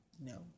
no